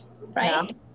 right